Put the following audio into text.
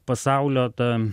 pasaulio ta